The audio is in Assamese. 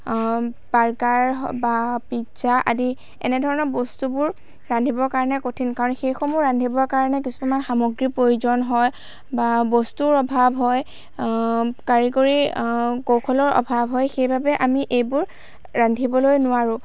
বাৰ্গাৰ বা পিজ্জা আদি এনেধৰণৰ বস্তুবোৰ ৰান্ধিবৰ কাৰণে কঠিন কাৰণ সেইসমূহ ৰান্ধিবৰ কাৰণে কিছুমান সামগ্ৰীৰ প্ৰয়োজন হয় বা বস্তুৰ অভাৱ হয় কাৰিকৰী কৌশলৰ অভাৱ হয় সেইবাবে আমি এইবোৰ ৰান্ধিবলৈ নোৱাৰোঁ